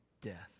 death